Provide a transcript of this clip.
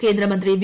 കേന്ദ്ര മന്ത്രി വി